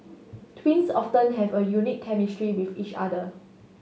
twins often have a unique chemistry with each other